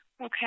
Okay